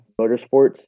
motorsports